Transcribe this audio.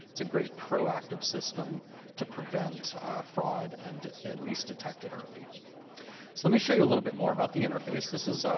it's a great proactive system to prevent fraud and at least detect it early. so let me show you a little bit more about the interface. this is